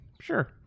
Sure